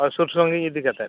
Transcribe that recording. ᱦᱳᱭ ᱥᱩᱨ ᱥᱟᱺᱜᱤᱧ ᱤᱫᱤ ᱠᱟᱛᱮᱫ